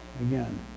again